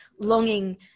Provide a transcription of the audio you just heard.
longing